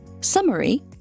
summary